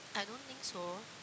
I don't think so